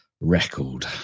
record